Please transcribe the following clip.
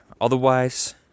otherwise